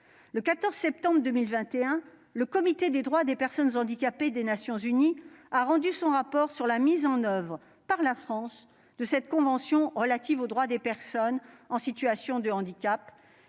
Le 14 septembre 2021, le Comité des droits des personnes handicapées des Nations unies a rendu son rapport sur la mise en oeuvre, par la France, de la convention relative aux droits des personnes handicapées.